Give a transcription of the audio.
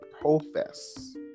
profess